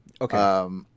Okay